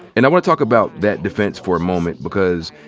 and i wanna talk about that defense for a moment because,